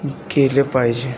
केले पाहिजे